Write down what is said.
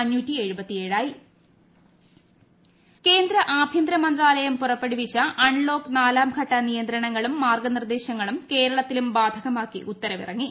unlock നാലാംഘട്ടം കേന്ദ്ര ആഭ്യന്തര മന്ത്രാലയം പുറപ്പെടുവിച്ച അൺലോക്ക് നാലാംഘട്ട നിയന്ത്രണങ്ങളും മാർഗനിർദ്ദേശങ്ങളും കേരളത്തിലും ബാധകമാക്കി ഉത്തരവിറങ്ങി